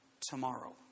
tomorrow